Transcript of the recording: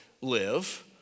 live